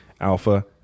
Alpha